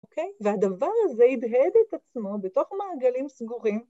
אוקיי? והדבר הזה הדהד את עצמו בתוך מעגלים סגורים.